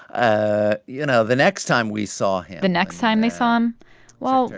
ah you know, the next time we saw him. the next time they saw him well,